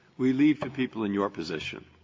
we leave to people in your position.